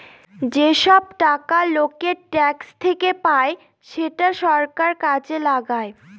যেসব টাকা লোকের ট্যাক্স থেকে পায় সেটা সরকার কাজে লাগায়